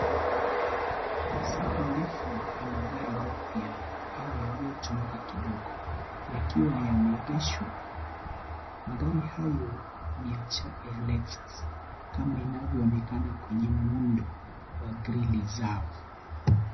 Ni safu ndefu ya magari mapya au yaliyotumika kidogo yakiwa yameegshwa. Magari hayo ni ya chapa ya Lexus kama inavyoonekana kwenye muundo wa grili zao.